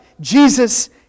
Jesus